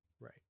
Right